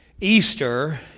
Easter